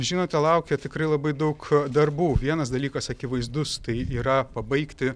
žinote laukia tikrai labai daug darbų vienas dalykas akivaizdus tai yra pabaigti